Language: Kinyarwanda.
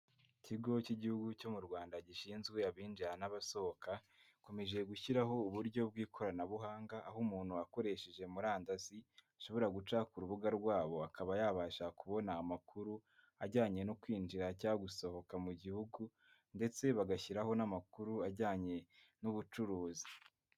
Ikigo cy'igihugu cyo mu Rwanda gishinzwe abinjira n'abasohoka, gikomeje gushyiraho uburyo bw'ikoranabuhanga, aho umuntu akoresheje murandasi, ashobora guca ku rubuga rwabo akaba yabasha kubona amakuru ajyanye no kwinjira cyangwa gusohoka mu gihugu ndetse bagashyiraho n'amakuru ajyanye n'ubucuruzi.